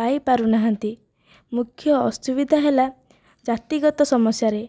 ପାଇ ପାରୁନାହାଁନ୍ତି ମୁଖ୍ୟ ଅସୁବିଧା ହେଲା ଜାତିଗତ ସମସ୍ୟାରେ